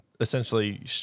essentially